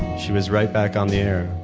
she was right back on the air.